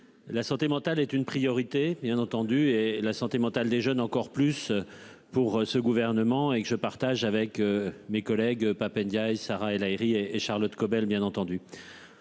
La santé mentale est une priorité, bien entendu et la santé mentale des jeunes encore plus pour ce gouvernement et que je partage avec mes collègues Pap Ndiaye Sarah El Haïry et Charlotte Caubel, bien entendu.